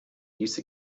use